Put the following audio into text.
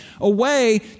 away